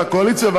לקואליציה,